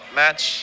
match